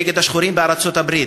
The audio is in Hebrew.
נגד השחורים בארצות-הברית,